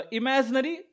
imaginary